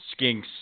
skinks